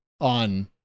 on